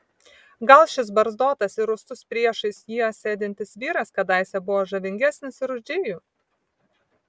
gal šis barzdotas ir rūstus priešais ją sėdintis vyras kadaise buvo žavingesnis ir už džėjų